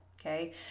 okay